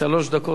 שלוש דקות.